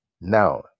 Now